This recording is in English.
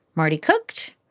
marty cooked,